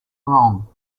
wrong